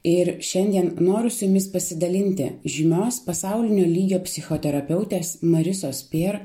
ir šiandien noriu su jumis pasidalinti žymios pasaulinio lygio psichoterapeutės marisos peer